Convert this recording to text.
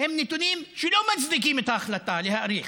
הם נתונים שלא מצדיקים את ההחלטה להאריך.